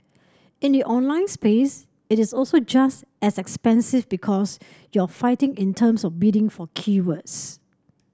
in the online space it is also just as expensive because you're fighting in terms of bidding for keywords